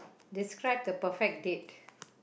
describe the perfect date